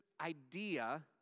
idea